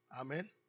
Amen